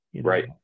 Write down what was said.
Right